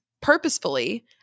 purposefully